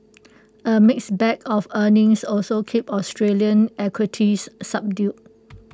A mixed bag of earnings also kept Australian equities subdued